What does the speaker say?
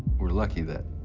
we're lucky that,